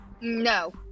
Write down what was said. No